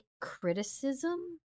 criticism